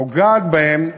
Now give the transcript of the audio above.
נוגעת בהם,